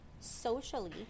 socially